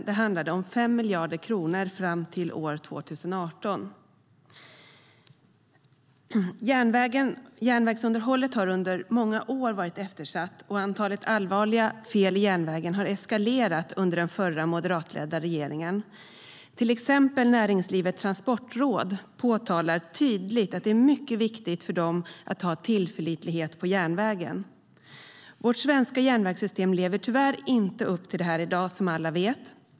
Det handlade om 5 miljarder kronor fram till år 2018.Järnvägsunderhållet har under många år varit eftersatt, och antalet allvarliga fel i järnvägen har eskalerat under den förra, moderatledda regeringen. Till exempel påtalar Näringslivets transportråd tydligt att det är mycket viktigt för dem att ha tillförlitlighet hos järnvägen. Vårt svenska järnvägssystem lever tyvärr inte upp till detta i dag, vilket alla vet.